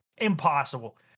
impossible